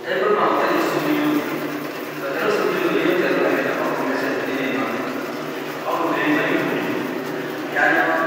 Ekotunten oso munwi owey do tenu oso mina owey oyinutenu ebido okunu umesen ubedenen okunu ubedenen makpey okunu ubedenemayo innivondioma uyan